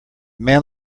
man